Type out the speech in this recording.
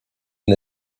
and